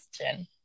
question